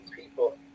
people